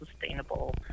sustainable